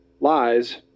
lies